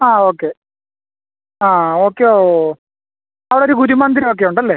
ആ ഓക്കെ ആ ഓക്കെ ഓ അവിടൊരു ഗുരുമന്ദിരൊക്കെയുണ്ടല്ലേ